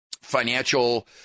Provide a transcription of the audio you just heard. financial